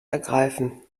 ergreifen